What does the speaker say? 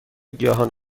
گیاهان